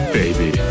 baby